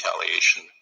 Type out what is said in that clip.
retaliation